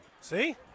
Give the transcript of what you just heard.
See